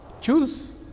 Choose